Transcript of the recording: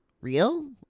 Real